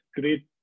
great